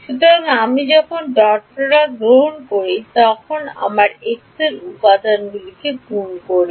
সুতরাং আমি যখন ডট product গ্রহণ করি তখন আমি x উপাদানগুলি গুণ করি